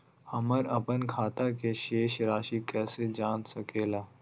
हमर अपन खाता के शेष रासि कैसे जान सके ला?